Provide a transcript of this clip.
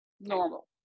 Normal